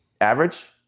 average